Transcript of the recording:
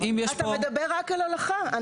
אתה מדבר רק על הולכה.